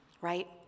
right